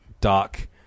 dark